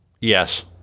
yes